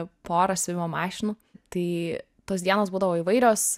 pora siuvimo mašinų tai tos dienos būdavo įvairios